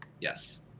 Yes